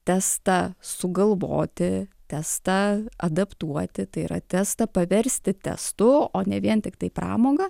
testą sugalvoti testą adaptuoti tai yra testą paversti testu o ne vien tiktai pramoga